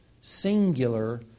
singular